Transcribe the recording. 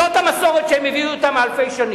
זאת המסורת שהם הביאו אתם מאלפי שנים.